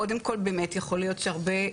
קודם כל באמת יכול להיות שהרבה,